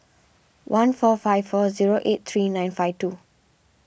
one four five four zero eight three nine five two